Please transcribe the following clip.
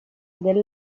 del